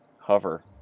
hover